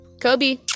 kobe